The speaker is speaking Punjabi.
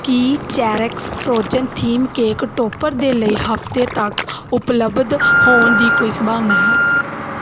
ਕੀ ਚੇਰੀਕਸ਼ ਫਰੋਜਨ ਥੀਮ ਕੇਕ ਟੋਪਰ ਦੇ ਲਈ ਹਫ਼ਤੇ ਤੱਕ ਉਪਲੱਬਧ ਹੋਣ ਦੀ ਕੋਈ ਸੰਭਾਵਨਾ ਹੈ